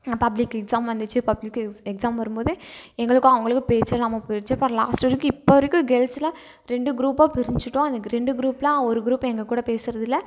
public exam வந்துச்சு public எஸ் exam வரும்போது எங்களுக்கும் அவங்களுக்கும் பேச்சே இல்லாமல் போயிடுச்சு அப்புறம் லாஸ்ட் வரைக்கும் இப்போ வரைக்கும் கேர்ள்ஸுலாம் ரெண்டு குரூப்பாக பிரிஞ்சுட்டோம் அந்த ரெண்டு குரூப்பில் ஒரு குரூப் எங்கக்கூட பேசுறதில்லை